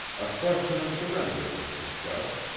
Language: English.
a question of surrender was discussed,